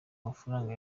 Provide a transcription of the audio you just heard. mafaranga